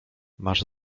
masz